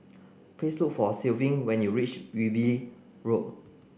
please look for Clevie when you reach Wilby Road